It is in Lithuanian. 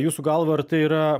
jūsų galva ar tai yra